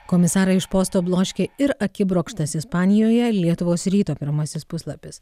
komisarą iš posto bloškė ir akibrokštas ispanijoje lietuvos ryto pirmasis puslapis